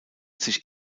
sich